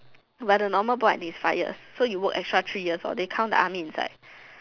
but the normal bond I think is five years so you work extra three years they count the army inside